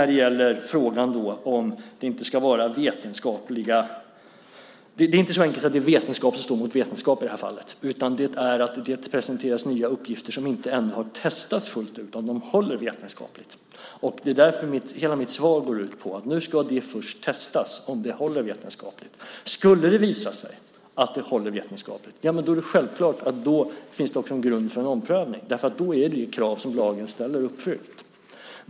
Det är inte så enkelt att det är vetenskap som står mot vetenskap i det här fallet, utan det har presenterats nya uppgifter som ännu inte har testats fullt ut om de håller vetenskapligt. Det är därför hela mitt svar går ut på att de nu ska testas om de håller vetenskapligt. Skulle det visa sig att de håller vetenskapligt är det självklart att det då finns en grund för en omprövning. Då är det krav som lagen ställer uppfyllt.